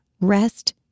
rest